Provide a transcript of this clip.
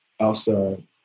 outside